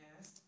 Yes